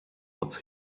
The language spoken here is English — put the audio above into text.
what